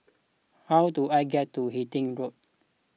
how do I get to Hythe Road